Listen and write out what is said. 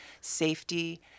safety